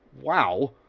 wow